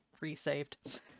resaved